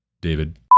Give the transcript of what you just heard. David